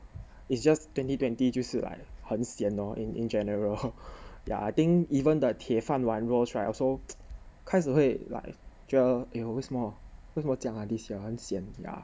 it's just twenty twenty 就是 like 很 sian lor in in general yeah I think even the 铁饭碗 roles right also 开始会 like 觉得 !aiyo! 为什么为什么这样 ah this year 很 sian yeah